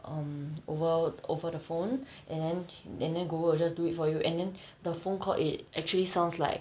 um over over the phone and then and then google will just do it for you and then the phone call it actually sounds like